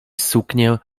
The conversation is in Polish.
suknię